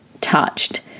touched